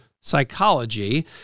psychology